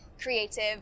creative